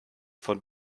von